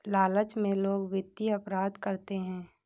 लालच में लोग वित्तीय अपराध करते हैं